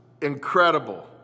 incredible